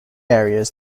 areas